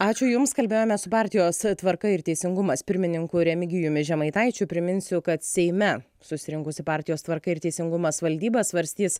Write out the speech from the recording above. ačiū jums kalbėjome su partijos tvarka ir teisingumas pirmininku remigijumi žemaitaičiu priminsiu kad seime susirinkusi partijos tvarka ir teisingumas valdyba svarstys